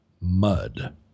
mud